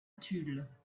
tulle